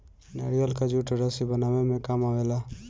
नारियल कअ जूट रस्सी बनावे में काम आवेला